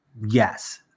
yes